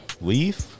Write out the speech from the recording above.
Leaf